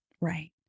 Right